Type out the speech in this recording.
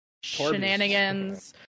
shenanigans